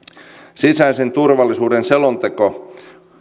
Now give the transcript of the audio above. sisäisen turvallisuuden